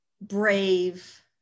Brave